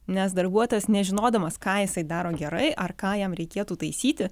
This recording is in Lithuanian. nes darbuotojas nežinodamas ką jis daro gerai ar ką jam reikėtų taisyti